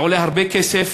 זה עולה הרבה כסף.